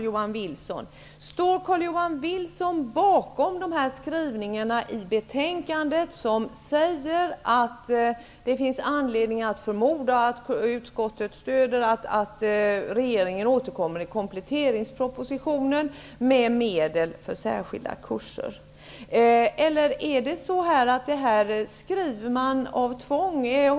Johan Wilson bakom de skrivningar i betänkandet som säger att utskottet utgår från att regeringen återkommer i kompletteringspropositionen med medel för särskilda kurser, eller skriver man detta av tvång?